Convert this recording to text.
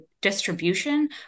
distribution